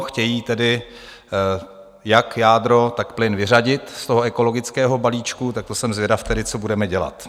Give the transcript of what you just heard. Chtějí tedy jak jádro, tak plyn vyřadit z toho ekologického balíčku, tak to jsem zvědav tedy, co budeme dělat.